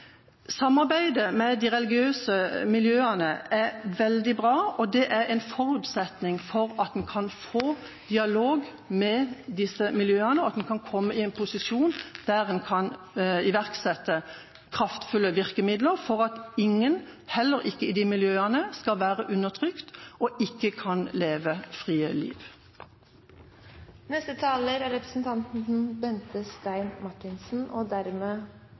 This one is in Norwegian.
Samarbeidet med de religiøse miljøene er veldig bra, og det er en forutsetning for at man kan få dialog med disse miljøene, og at vi kan komme i en posisjon der man kan iverksette kraftfulle virkemidler for at ingen, heller ikke i de miljøene, skal være undertrykt og ikke kan leve frie liv. Denne meldingen er tydelig på hvilket fokus vi må ha når det gjelder integrering. En effektiv og